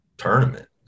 tournament